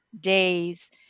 days